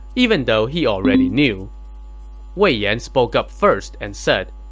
even though he already knew wei yan spoke up first and said,